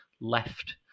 left